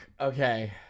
Okay